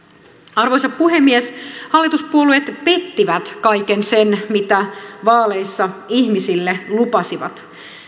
arvoisa puhemies hallituspuolueet pettivät kaiken sen mitä vaaleissa ihmisille lupasivat